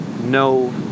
no